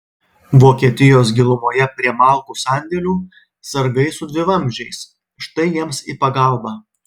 vokietijos gilumoje prie malkų sandėlių sargai su dvivamzdžiais štai jiems į pagalbą